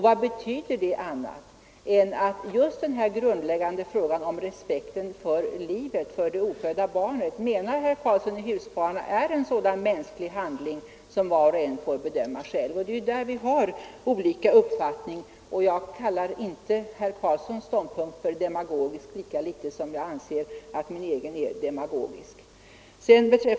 Vad betyder det annat än att herr Karlsson menar att det i den här grundläggande frågan om respekten för det ofödda barnets liv rör sig om en sådan mänsklig handling som var och en får bedöma själv? Det är där vi har olika uppfattningar, men jag kallar inte herr Karlssons ståndpunkt demagogisk, lika litet som jag anser att min egen är det.